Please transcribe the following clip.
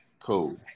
cool